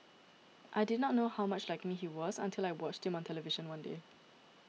I did not know how much like me he was until I watched him on television one day